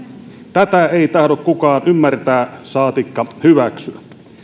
tätä ei tahdo kukaan ymmärtää saatikka hyväksyä